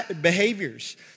behaviors